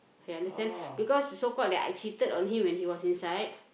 okay understand because so called that I cheated on him when he was inside